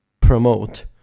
promote